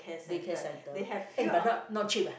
day care centre eh but not not cheap ah